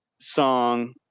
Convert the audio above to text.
song